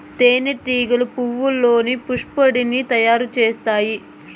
తేనె టీగలు పువ్వల్లోని పుప్పొడిని తయారు చేత్తాయి